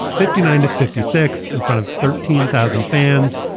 fifty nine to fifty six in front of thirteen thousand fans.